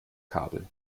kabel